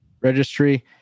registry